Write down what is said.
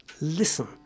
listen